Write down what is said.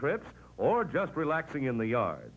trips or just relaxing in the yard